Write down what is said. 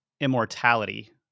immortality